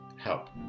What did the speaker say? help